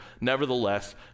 nevertheless